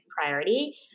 priority